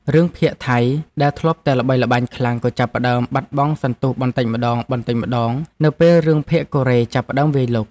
រឿងភាគថៃដែលធ្លាប់តែល្បីល្បាញខ្លាំងក៏ចាប់ផ្តើមបាត់បង់សន្ទុះបន្តិចម្តងៗនៅពេលរឿងភាគកូរ៉េចាប់ផ្តើមវាយលុក។